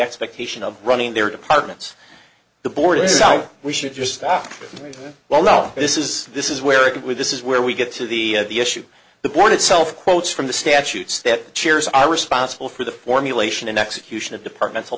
expectation of running their departments the board says i we should just stop well this is this is where it with this is where we get to the the issue the board itself quotes from the statutes that chairs are responsible for the formulation and execution of departmental